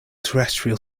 terrestrial